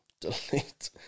delete